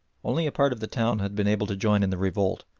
only a part of the town had been able to join in the revolt.